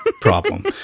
problem